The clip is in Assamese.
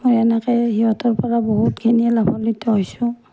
মই এনেকৈ সিহঁতৰ পৰা বহুতখিনিয়ে লাভান্বিত হৈছোঁ